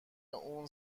اون